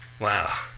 wow